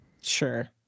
sure